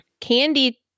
Candy